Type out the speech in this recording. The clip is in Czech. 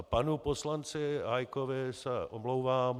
Panu poslanci Hájkovi se omlouvám.